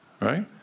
right